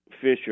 Fisher